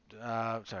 Sorry